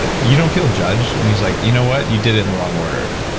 you you don't feel judged when he's like you know what, you did it in the wrong order?